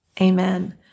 Amen